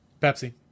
Pepsi